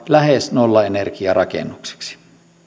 lähes nollaenergiarakennukseksi